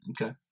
Okay